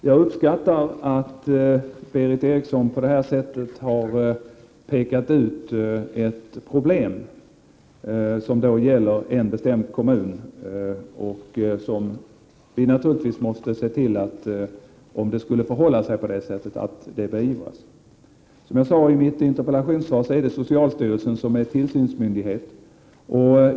Herr talman! Jag uppskattar att Berith Eriksson här har pekat ut ett d problem som gäller en bestämd kommun. Om det skulle förhålla sig på detta sätt måste vi naturligtvis se till att det beivras. Som jag sade i mitt interpellationssvar är det socialstyrelsen som är tillsynsmyndighet.